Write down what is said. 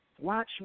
Watch